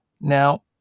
Now